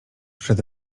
przede